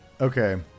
Okay